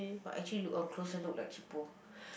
but actually look on closer look like cheapo